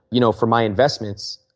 you know for my investments,